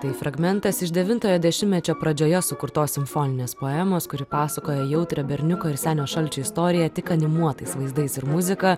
tai fragmentas iš devintojo dešimtmečio pradžioje sukurtos simfoninės poemos kuri pasakoja jautrią berniuko senio šalčio istoriją tik animuotais vaizdais ir muzika